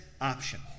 option